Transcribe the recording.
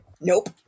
Nope